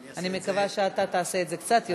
אני מקווה שאתה תעשה את זה קצת יותר קצר.